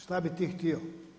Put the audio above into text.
Šta bi ti htio?